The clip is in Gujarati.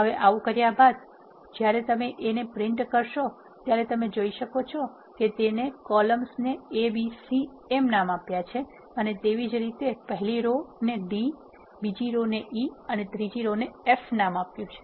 હવે આવુ કર્યા બાદ જ્યારે તમે A ને પ્રિન્ટ કરશો તમે જોઇ શકો છો કે તેને કોલમ્સ ને a b અને c એમ નામ આપ્યા છે અને તેવીજ રીતે પહેલી રો ને d બીજી રો ને e અને ત્રીજી રો ને f નામ આપ્યું છે